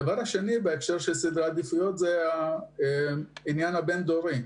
הדבר השני זה העניין הבין-דורי,